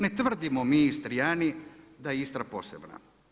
Ne tvrdimo mi Istrijani da je Istra posebna.